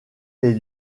les